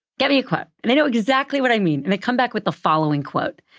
get me a quote. and they know exactly what i mean. and they come back with the following quote.